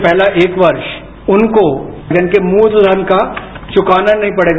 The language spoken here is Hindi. पहला एक वर्ष उनको जिनके मूल धन का चुकाना नहीं पड़ेगा